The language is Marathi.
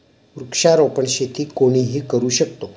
वृक्षारोपण शेती कोणीही करू शकतो